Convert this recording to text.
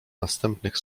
następnych